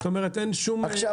זאת אומרת אין שום היבט חוקי.